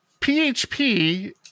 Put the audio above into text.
PHP